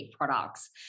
products